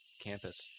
campus